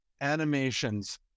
animations